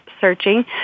searching